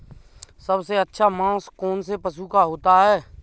सबसे अच्छा मांस कौनसे पशु का होता है?